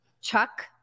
chuck